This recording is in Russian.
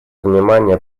внимание